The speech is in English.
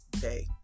day